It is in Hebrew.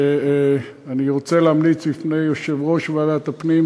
אני רוצה להמליץ לפני יושב-ראש ועדת הפנים